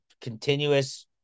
continuous